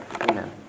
Amen